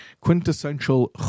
quintessential